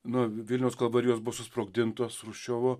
na vilniaus kalvarijos buvo susprogdintos chruščiovo